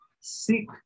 seek